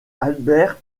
albert